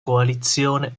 coalizione